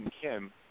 Kim